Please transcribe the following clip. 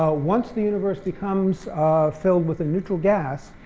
ah once the universe becomes filled with a neutral gas,